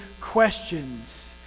questions